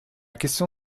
question